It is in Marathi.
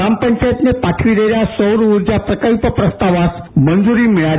ग्रामपंचायतनं पाठवलेल्या सौर ऊर्जा प्रकल्प प्रस्तावाला मंजूरी मिळाली